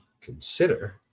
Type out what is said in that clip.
consider